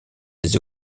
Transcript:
des